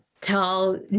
Tell